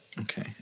Okay